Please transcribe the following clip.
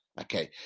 Okay